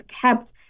kept